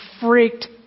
freaked